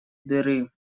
дыры